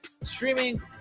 streaming